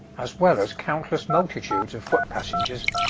as well as countless multitudes of foot-passengers.